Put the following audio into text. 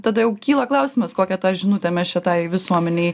tada jau kyla klausimas kokią tą žinutę mes šitai visuomenei